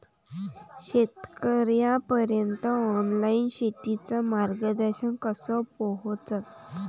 शेतकर्याइपर्यंत ऑनलाईन शेतीचं मार्गदर्शन कस पोहोचन?